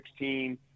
2016